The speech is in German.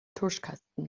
tuschkasten